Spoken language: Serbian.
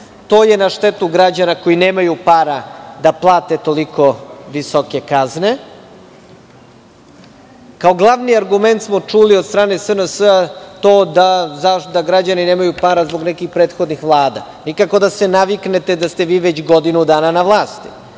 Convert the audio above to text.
to je na štetu građana koji nemaju para da plate toliko visoke kazne. Kao glavni argument smo čuli od strane SNS to da građani nemaju para zbog nekih prethodnih vlada. Nikako da se naviknete da ste vi već godinu dana na vlasti